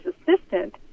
assistant